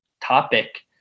topic